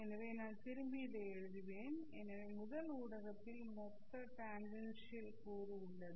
எனவே நான் திரும்பி இதை எழுதுவேன் எனவே முதல் ஊடகத்தில் மொத்த டேன்ஜென்ஷியல் கூறு உள்ளது